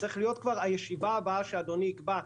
צריך להיות כבר הישיבה הבאה שאדוני יקבע,